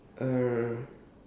err